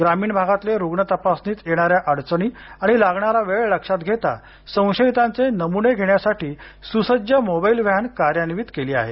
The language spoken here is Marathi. ग्रामीण भागातले रुग्ण तपासणीत येणाऱ्या आडचणी आणि लागणारा वेळ लक्षात घेता संशयितांचे नमुने घेण्यासाठी सुसज्ज मोबाईल व्हॅन कार्यान्वित केली आहे